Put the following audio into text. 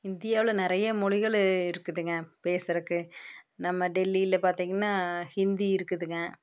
இந்தியாவில் நிறைய மொழிகள் இருக்குதுங்க பேசுறதுக்கு நம்ம டெல்லியில பார்த்தீங்கன்னா ஹிந்தி இருக்குதுங்க